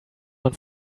man